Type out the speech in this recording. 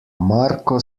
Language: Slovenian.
marko